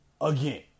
again